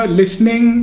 listening